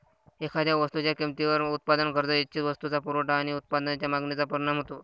एखाद्या वस्तूच्या किमतीवर उत्पादन खर्च, इच्छित वस्तूचा पुरवठा आणि उत्पादनाच्या मागणीचा परिणाम होतो